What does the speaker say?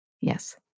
Yes